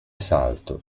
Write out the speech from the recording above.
salto